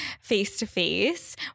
face-to-face